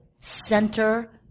center